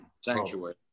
Sanctuary